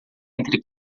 entre